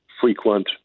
frequent